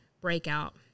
breakout